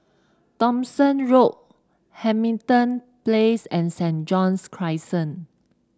Thomson Road Hamilton Place and Saint John's Crescent